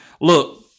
Look